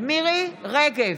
מירי מרים רגב,